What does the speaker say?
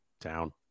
Down